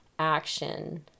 action